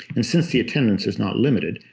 and since the attendance is not limited,